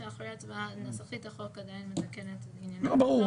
שאחרי ההצבעה נסחית החוק עדיין מתקנת --- ברור.